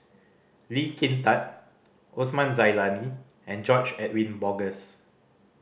Lee Kin Tat Osman Zailani and George Edwin Bogaars